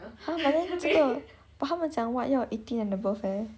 !huh! but then 这个 but 他们讲 what 要 eighteen and above eh